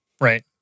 Right